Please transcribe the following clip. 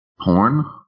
porn